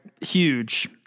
Huge